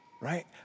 right